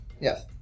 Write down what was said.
Yes